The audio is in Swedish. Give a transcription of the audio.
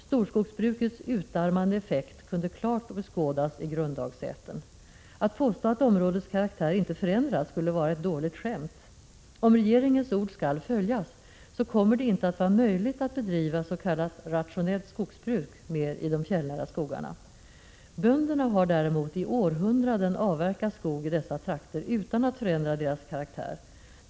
Storskogsbrukets utarmande effekt kunde klart beskådas i Grunddagsätern. Att påstå att områdets karaktär inte förändrats skulle vara ett dåligt skämt. Om regeringens ord skall följas, kommer det inte mer att vara möjligt att bedriva s.k. rationellt skogsbruk i de fjällnära skogarna. Bönderna har däremot i århundraden avverkat skog i dessa trakter utan att — Prot. 1986/87:36 förändra deras karaktär.